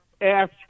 ask